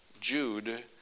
Jude